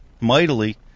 mightily